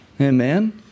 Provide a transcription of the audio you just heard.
Amen